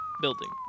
building